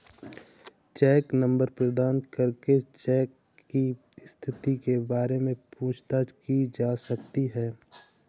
check number प्रदान करके cheque की स्थिति के बारे में पूछताछ की जा सकती है